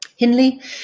Hinley